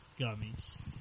gummies